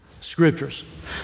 scriptures